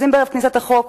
אז אם בערב כניסת החוק